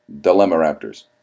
Dilemma-raptors